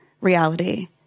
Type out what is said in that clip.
reality